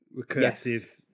recursive